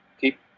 keep